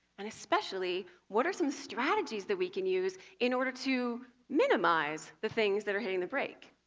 and especially, what are some strategies that we can use in order to minimise the things that are hitting the brake?